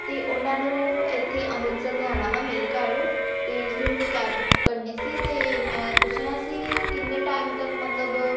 ਅਤੇ ਉਹਨਾਂ ਨੂੰ ਇੱਥੇ ਅੰਮ੍ਰਿਤਸਰ ਲਿਆਉਣਾ ਵਾ ਮੇਰੇ ਘਰ ਤਾਂ ਇਸ ਲਈ ਮੈਨੂੰ ਕੈਬ ਬੁੱਕ ਕਰਨੀ ਸੀ ਅਤੇ ਮੈਂ ਪੁੱਛਣਾ ਸੀ ਕਿੰਨੇ ਟਾਈਮ ਤੱਕ ਮਤਲਬ